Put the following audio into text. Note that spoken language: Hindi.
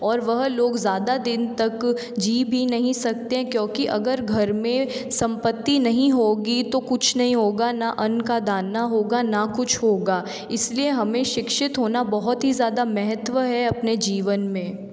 और वह लोग ज़्यादा दिन तक जी भी नहीं सकते हैं क्योंकि अगर घर में संपत्ति नहीं होगी तो कुछ नहीं होगा ना अन्न का दाना होगा ना कुछ होगा इसलिए हमें शिक्षित होना बहुत ही ज़्यादा महत्व है अपने जीवन में